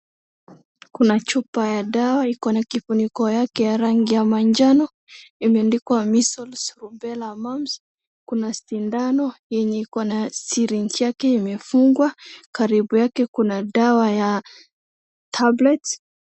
Kuna chupa ya dawa iko na kifuniko yake ya rangi ya manjano imeandikwa measles rubella mumps , kuna sindano yenye iko na syringe yake imefungwa, karibu yake kuna dawa ya tablets .